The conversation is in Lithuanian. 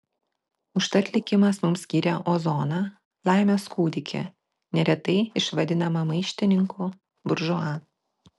užtat likimas mums skyrė ozoną laimės kūdikį neretai išvadinamą maištininku buržua